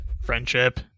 Friendship